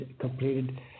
completed